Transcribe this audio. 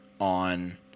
on